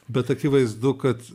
bet akivaizdu kad